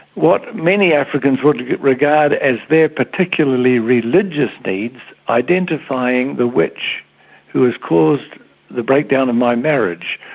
what many africans would regard as their particularly religious needs identifying the witch who has caused the breakdown of my marriage,